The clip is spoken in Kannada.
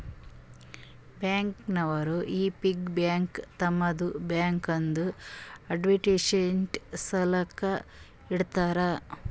ಬ್ಯಾಂಕ್ ನವರು ಈ ಪಿಗ್ಗಿ ಬ್ಯಾಂಕ್ ತಮ್ಮದು ಬ್ಯಾಂಕ್ದು ಅಡ್ವರ್ಟೈಸ್ಮೆಂಟ್ ಸಲಾಕ ಇಡ್ತಾರ